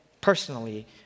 personally